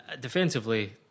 Defensively